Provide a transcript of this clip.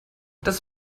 das